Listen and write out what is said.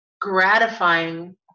gratifying